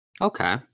Okay